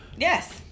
Yes